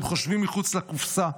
הם חושבים מחוץ לקופסה.